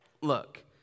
look